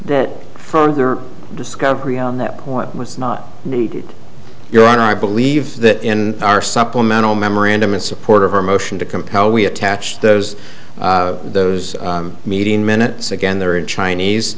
that further discovery on that point was not needed your honor i believe that in our supplemental memorandum in support of our motion to compel we attach those those meeting minutes again there in